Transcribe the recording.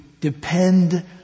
depend